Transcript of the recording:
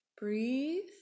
Breathe